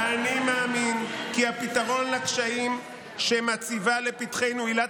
" "אני מאמין כי הפתרון לקשיים שמציבה לפתחנו עילת